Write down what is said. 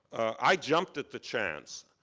i jumped at the chance.